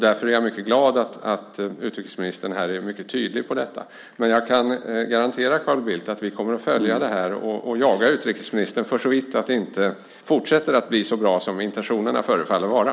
Därför är jag mycket glad att utrikesministern här är mycket tydlig om detta. Men jag kan garantera Carl Bildt att vi kommer att följa det här och jaga utrikesministern för såvitt det i fortsättningen inte blir så bra som intentionerna förefaller vara.